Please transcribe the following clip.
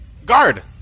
Guard